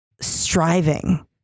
striving